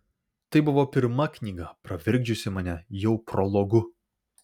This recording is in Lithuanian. tai buvo pirma knyga pravirkdžiusi mane jau prologu